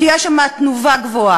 כי יש שם תנובה גבוהה.